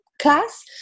class